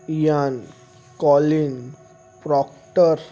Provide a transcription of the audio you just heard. Ian Colin proctor